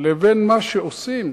לבין מה שעושים